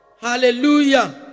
hallelujah